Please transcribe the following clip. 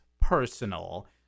personal